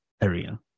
area